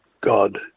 God